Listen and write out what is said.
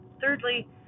Thirdly